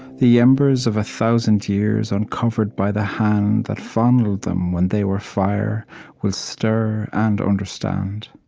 the embers of a thousand years uncovered by the hand that fondled them when they were fire will stir and understand